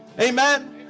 Amen